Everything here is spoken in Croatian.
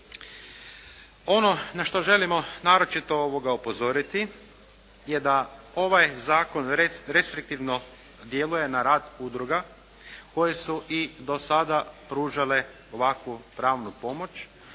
Ono na što želimo naročito upozoriti je da ovaj zakon restriktivno djeluje na rad udruga koje su i dosada pružale ovakvu pravnu pomoć